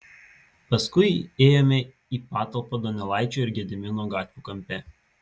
paskui įėjome į patalpą donelaičio ir gedimino gatvių kampe